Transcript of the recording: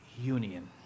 union